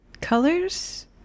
Colors